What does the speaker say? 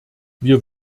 wir